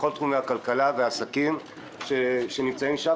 בכל תחומי הכלכלה והעסקים שנמצאים שם